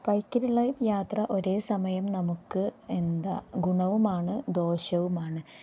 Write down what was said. ബൈക്കിലുള്ള യാത്ര ഒരേ സമയം നമുക്ക് എന്താ ഗുണവുമാണ് ദോഷവുമാണ്